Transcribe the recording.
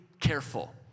careful